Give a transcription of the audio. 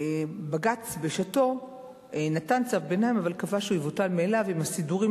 בג"ץ בשעתו נתן צו ביניים אבל קבע שהוא יבוטל מאליו אם הסידורים